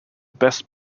best